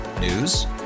News